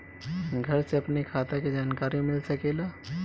घर से अपनी खाता के जानकारी मिल सकेला?